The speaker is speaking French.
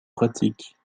pratiques